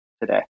today